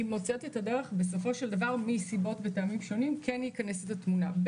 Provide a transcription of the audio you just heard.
היא מוצאת את הדרך להיכנס לתמונה לבסוף,